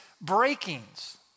breakings